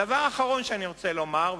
הדבר האחרון שאני רוצה לומר,